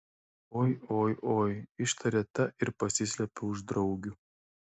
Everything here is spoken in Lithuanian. oi oi oi ištarė ta ir pasislėpė už draugių